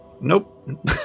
nope